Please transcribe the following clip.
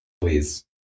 please